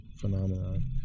phenomenon